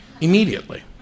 immediately